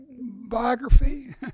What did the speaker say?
biography